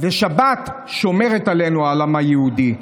שבת שומרת עלינו, על העם היהודי.